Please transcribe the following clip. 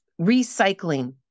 recycling